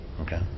okay